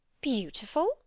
Beautiful